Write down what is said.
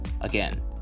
Again